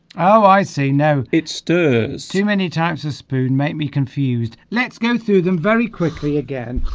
oh i see now it stirs too many types of spoon make me confused let's go through them very quickly again